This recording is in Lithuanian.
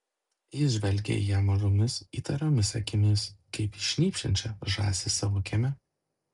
jis žvelgė į ją mažomis įtariomis akimis kaip į šnypščiančią žąsį savo kieme